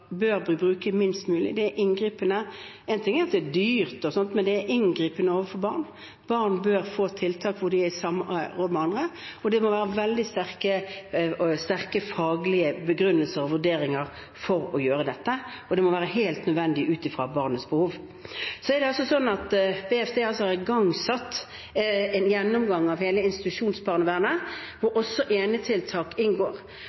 bør vi bruke minst mulig, det er inngripende. Én ting er at det er dyrt, men det er også inngripende overfor barn. Barn bør få tiltak hvor de er sammen med andre. Det må veldig sterke faglige begrunnelser og vurderinger til for å gjøre dette, og det må være helt nødvendig ut ifra barnets behov. Barne- og familiedepartementet har igangsatt en gjennomgang av hele institusjonsbarnevernet, der også enetiltak inngår.